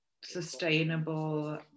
sustainable